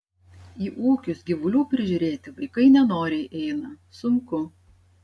į ūkius gyvulių prižiūrėti vaikai nenoriai eina sunku